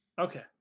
Okay